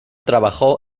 trabajó